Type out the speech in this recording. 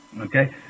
Okay